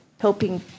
helping